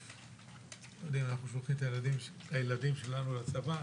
אנחנו שולחים את הילדים שלנו לצבא,